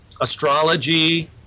astrology